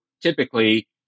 typically